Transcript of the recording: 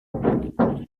durant